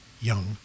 young